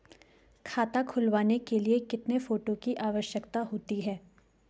खाता खुलवाने के लिए कितने फोटो की आवश्यकता होती है?